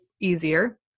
easier